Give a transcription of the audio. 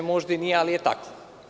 Možda i nije, ali je tako.